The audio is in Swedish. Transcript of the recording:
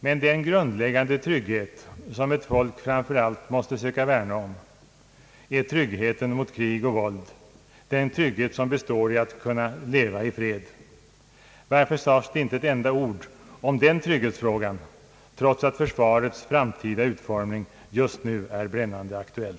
Men den grundläggande trygghet som ett folk framför allt måste söka värna om är tryggheten mot krig och våld, den trygghet som består i att få leva i fred. Varför sades det inte ett enda ord om denna trygghetsfråga vid kongressen, trots att försvarets framtida utformning just nu är brännande aktuell?